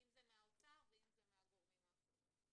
אם זה מהאוצר ואם זה מהגורמים האחרים.